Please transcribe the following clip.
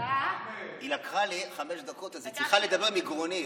היא לקחה לי חמש דקות, אז היא צריכה לדבר מגרוני.